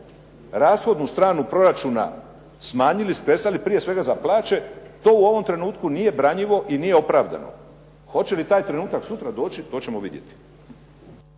rashodnu stranu proračuna smanjili … /Govornik se ne razumije./ … prije svega za plaće to u ovom trenutku nije branjivo i nije opravdano. Hoće li taj trenutak sutra doći, to ćemo vidjeti.